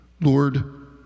Lord